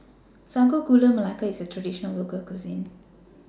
Sago Gula Melaka IS A Traditional Local Cuisine